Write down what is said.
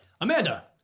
Amanda